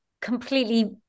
completely